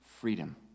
freedom